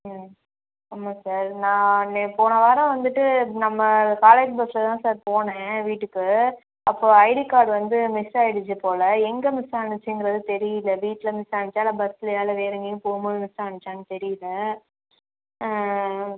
ம் ஆமாம் சார் நான் நே போன வாரம் வந்துவிட்டு நம்ம காலேஜ் பஸ்ஸில் தான் சார் போனேன் வீட்டுக்கு அப்போ ஐடி கார்டு வந்து மிஸ் ஆயிடுச்சு போல் எங்கே மிஸ் ஆனுச்சுங்கிறது தெரியல வீட்டில் மிஸ் ஆனுச்சா இல்லை பஸ்லையா இல்லை வேறு எங்கேயும் போகும்போது மிஸ் ஆனுச்சான்னு தெரியல